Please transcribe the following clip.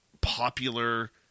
popular